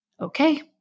okay